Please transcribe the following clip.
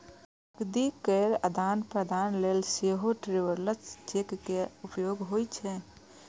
नकदी केर आदान प्रदान लेल सेहो ट्रैवलर्स चेक के उपयोग होइ छै